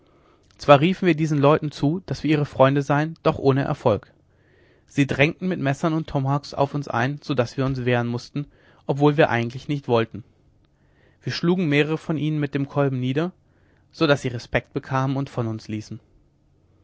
zwar riefen wir diesen leuten zu daß wir ihre freunde seien doch ohne erfolg sie drangen mit messern und tomahawks auf uns ein so daß wir uns wehren mußten obwohl wir eigentlich nicht wollten wir schlugen mehrere von ihnen mit dem kolben nieder so daß sie respekt bekamen und von uns ließen